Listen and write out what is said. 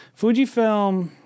Fujifilm